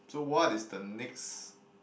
so what is the next